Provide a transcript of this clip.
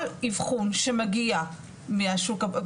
כל אבחון שמגיע מהשוק הפרטי,